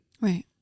Right